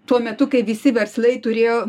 tuo metu kai visi verslai turėjo